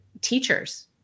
teachers